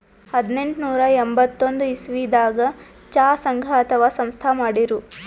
ಹದನೆಂಟನೂರಾ ಎಂಬತ್ತೊಂದ್ ಇಸವಿದಾಗ್ ಚಾ ಸಂಘ ಅಥವಾ ಸಂಸ್ಥಾ ಮಾಡಿರು